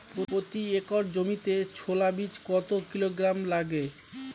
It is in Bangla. প্রতি একর জমিতে ছোলা বীজ কত কিলোগ্রাম লাগে?